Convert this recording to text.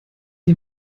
ihn